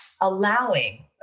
allowing